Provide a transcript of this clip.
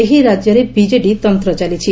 ଏହି ରାକ୍ୟରେ ବିଜେଡି ତନ୍ତ ଚାଲିଛି